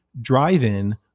drive-in